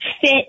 Fit